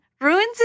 ruins